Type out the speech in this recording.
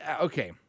Okay